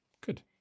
good